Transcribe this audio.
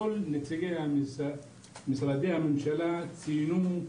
כל נציגי המשרדים ציינו,